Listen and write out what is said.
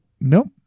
Nope